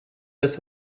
des